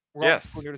Yes